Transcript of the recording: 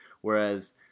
Whereas